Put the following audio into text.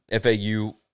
FAU